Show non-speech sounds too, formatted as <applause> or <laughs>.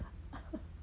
<laughs>